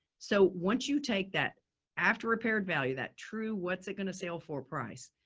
so once you take that after repaired, value that true, what's it going to sale for price?